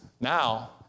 Now